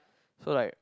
so like